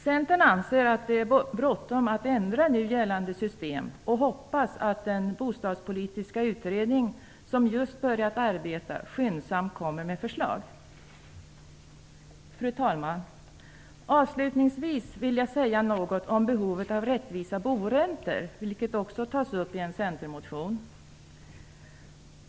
Centern anser att det är bråttom att ändra nu gällande system och hoppas att den bostadspolitiska utredning som just börjat arbeta snarast kommer med förslag. Fru talman! Avslutningsvis vill jag säga något om behovet av rättvisa boräntor, vilket också tas upp i en Centermotion.